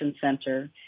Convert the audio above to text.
center